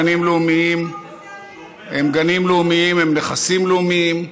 גנים לאומיים הם גנים לאומיים, הם נכסים לאומיים,